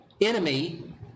enemy